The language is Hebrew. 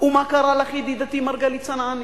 ומה קרה לך, ידידתי מרגלית צנעני?